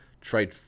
trade